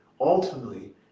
Ultimately